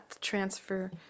transfer